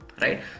right